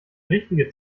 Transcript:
richtige